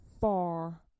far